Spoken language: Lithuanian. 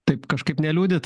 taip kažkaip neliūdit